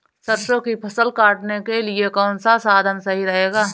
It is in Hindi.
सरसो की फसल काटने के लिए कौन सा साधन सही रहेगा?